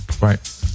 Right